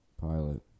pilot